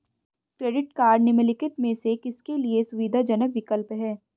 Credit cards निम्नलिखित में से किसके लिए सुविधाजनक विकल्प हैं?